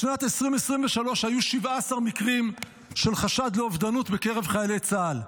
בשנת 2023 היו 17 מקרים של חשד לאובדנות בקרב חיילי צה"ל,